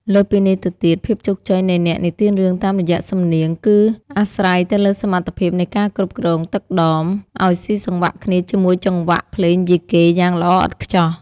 លើសពីនេះទៅទៀត ភាពជោគជ័យនៃអ្នកនិទានរឿងតាមរយៈសំនៀង គឺអាស្រ័យទៅលើសមត្ថភាពនៃការគ្រប់គ្រង ទឹកដម ឱ្យស៊ីសង្វាក់គ្នាជាមួយចង្វាក់ភ្លេងយីកេយ៉ាងល្អឥតខ្ចោះ។